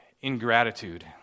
ingratitude